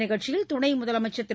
நிகழ்ச்சியில் துணை முதலமைச்சர் திரு